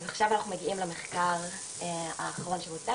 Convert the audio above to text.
אז עכשיו אנחנו מגיעים למחקר האחרון שהוצג,